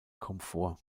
komfort